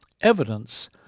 Evidence